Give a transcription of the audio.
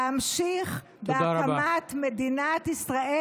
להמשיך בהקמת מדינת ישראל,